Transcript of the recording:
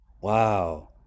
wow